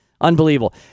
Unbelievable